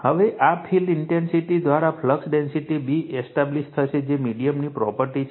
હવે આ field intensity દ્વારા ફ્લક્સ ડેન્સિટી B એસ્ટાબ્લિશ્ડ થશે જે મીડિયમની પ્રોપર્ટી છે